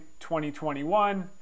2021